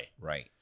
right